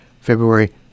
February